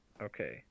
Okay